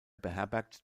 beherbergt